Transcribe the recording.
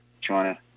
China